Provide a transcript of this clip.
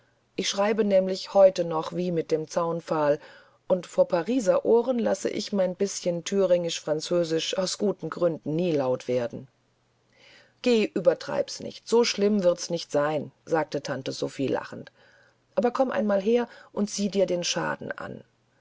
ich schreibe nämlich heute noch wie mit dem zaunpfahl und vor pariser ohren lasse ich mein bißchen thüringisch französisch aus guten gründen nie laut werden geh übertreib's nicht so schlimm wird's nicht sein sagte tante sophie lachend da komm einmal her und sieh dir den schaden an